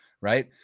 right